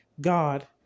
God